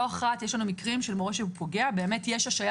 לא אחת יש לנו מקרה שמורה שפוגע - יש השעיה